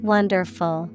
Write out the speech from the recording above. Wonderful